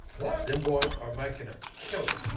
what? them boys are making a killing.